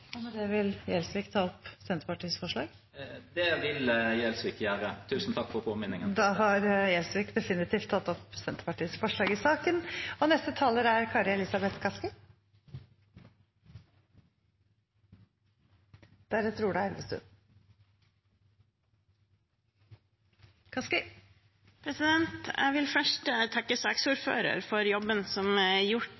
Vil representanten Gjelsvik ta opp Senterpartiets forslag? Det vil Gjelsvik gjøre. Tusen takk for påminnelsen. Da har representanten Sigbjørn Gjelsvik definitivt tatt opp Senterpartiets forslag i saken. Jeg vil først takke saksordføreren for jobben som er gjort med denne innstillingen, og jeg vil